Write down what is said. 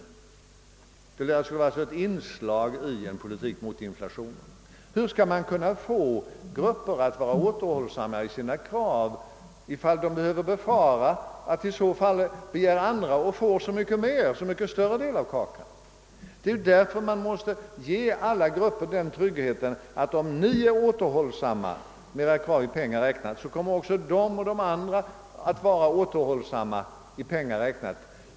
Konferensen blir alltså ett inslag i en politik mot inflation. Hur skall man kunna få en grupp att vara återhållsam i sina krav, om den kan befara att andra grupper i så fall får en så mycket större del av kakan? Nej, alla grupper måste få en garanti, att om de är återhållsamma med sina krav i pengar räknat, så kommer även andra grupper att vara återhållsamma.